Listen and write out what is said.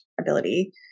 ability